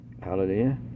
Hallelujah